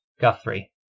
Guthrie